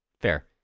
Fair